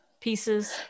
pieces